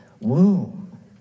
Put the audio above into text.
womb